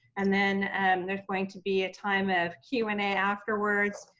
and then there's going to be a time of q and a afterwards.